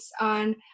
on